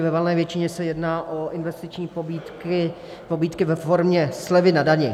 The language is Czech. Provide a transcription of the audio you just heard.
Ve valné většině se jedná o investiční pobídky ve formě slevy na dani.